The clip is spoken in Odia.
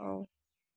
ହଉ